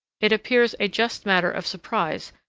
it appears a just matter of surprise,